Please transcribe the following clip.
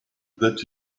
that